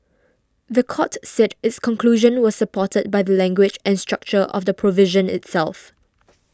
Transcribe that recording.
the court said its conclusion was supported by the language and structure of the provision itself